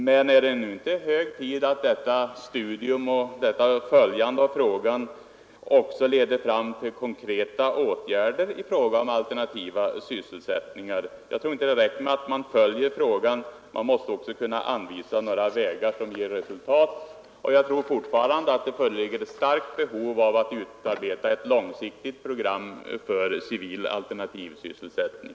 Men är det inte hög tid att detta studium och detta följande av frågan också leder fram till konkreta åtgärder i fråga om alternativa sysselsättningar? Det är inte tillräckligt att följa frågan, man måste också kunna anvisa vägar som ger resultat. Och jag tror fortfarande att det föreligger ett starkt behov av ett långsiktigt program för civil alternativ sysselsättning.